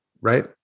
right